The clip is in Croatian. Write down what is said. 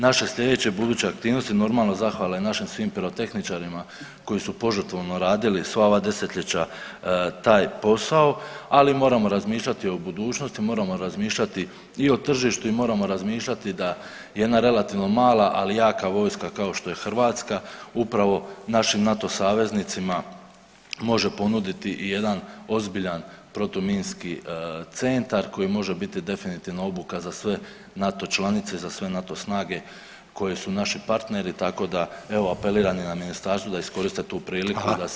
Naše sljedeće buduće aktivnosti normalno zahvale našim svim pirotehničarima koji su požrtvovno radili sva ova desetljeća taj posao, ali moramo razmišljati o budućnosti, moramo razmišljati i o tržištu i moramo razmišljati da jedna relativno mala, ali jaka vojska kao što je Hrvatska upravo našim NATO saveznicima može ponuditi jedan ozbiljan protuminski centar koji može biti definitivno obuka za sve NATO članice, za sve NATO snage koji su naši partneri tako da evo apeliram i na ministarstvo da iskoriste tu priliku [[Upadica Reiner: Hvala.]] da se aktivno uključe.